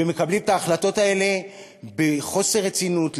מקבלים את ההחלטות האלה בחוסר רצינות,